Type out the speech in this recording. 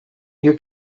you